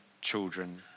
children